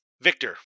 Victor